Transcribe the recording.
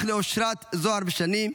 אח לאושרת, זוהר ושני.